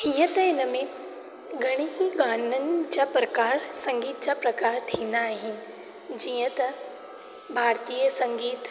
कीअं त हिन में घणे ई गाननि जा प्रकार संगीत जा प्रकार थींदा आहिनि जीअं त भारतीय संगीतु